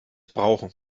brauchen